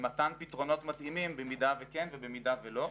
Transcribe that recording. ומתן פתרונות מתאימים אם כן ואם לא.